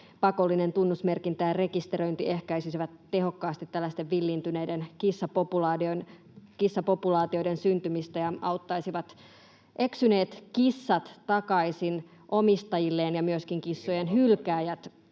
pakollinen tunnusmerkintä ja rekisteröinti ehkäisisivät tehokkaasti tällaisten villiintyneiden kissapopulaatioiden syntymistä ja auttaisivat eksyneet kissat takaisin omistajilleen ja myöskin kissojen hylkääjät